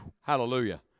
Hallelujah